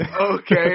Okay